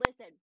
listen